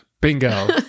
Bingo